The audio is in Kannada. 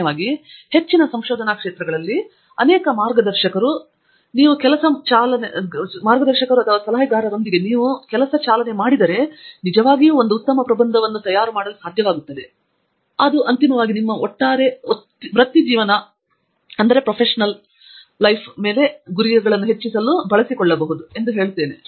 ಸಾಮಾನ್ಯವಾಗಿ ಹೆಚ್ಚಿನ ಸಂಶೋಧನಾ ಕ್ಷೇತ್ರಗಳಲ್ಲಿ ಅನೇಕ ಮಾರ್ಗದರ್ಶಕರು ಮತ್ತು ಸಲಹೆಗಾರರೊಂದಿಗೆ ನೀವು ಕೆಲಸ ಚಾಲನೆ ಮಾಡಿದರೆ ನೀವು ನಿಜವಾಗಿಯೂ ಉತ್ತಮ ಪ್ರಬಂಧವನ್ನು ಮಾಡಲು ಸಾಧ್ಯವಾಗುತ್ತದೆ ಮತ್ತು ಅಂತಿಮವಾಗಿ ನಿಮ್ಮ ಒಟ್ಟಾರೆ ವೃತ್ತಿಜೀವನದ ಗುರಿಗಳನ್ನು ಹೆಚ್ಚಿಸಲು ಅದನ್ನು ಬಳಸಿಕೊಳ್ಳಬಹುದು ಎಂದು ಹೇಳಬಹುದು